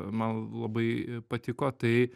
man labai patiko tai